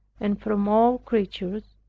and from all creatures,